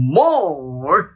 more